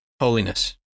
Holiness